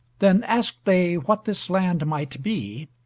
then asked they what this land might be,